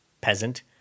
peasant